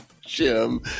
Jim